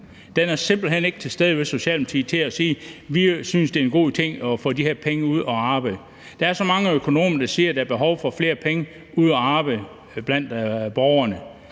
Den er simpelt hen ikke til stede hos Socialdemokratiet til at sige: Vi synes, det er en god ting at få de her penge ud at arbejde. Der er så mange økonomer, der siger, at der er behov for flere penge ude at arbejde blandt borgerne.